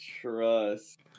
Trust